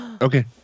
Okay